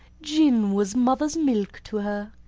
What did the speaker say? gin was mother's milk to her.